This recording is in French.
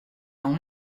dans